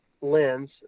lens